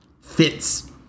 fits